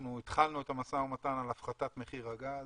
אנחנו התחלנו את המשא ומתן על הפחתת מחיר הגז.